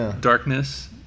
darkness